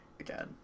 again